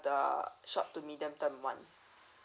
the short to middle term one